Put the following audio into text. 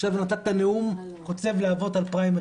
עכשיו נתת נאום חוצב להבות על פריימריז,